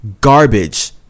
garbage